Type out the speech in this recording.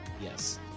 Yes